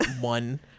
one